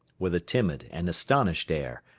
with a timid and astonished air,